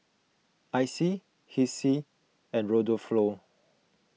Icie Hessie and